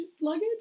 luggage